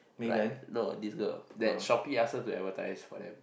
like know this girl that Shopee ask her to advertise for them